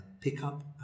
pick-up